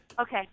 Okay